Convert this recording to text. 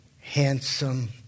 handsome